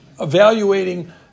evaluating